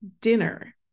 dinner